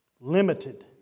Limited